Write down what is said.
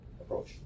approach